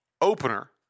opener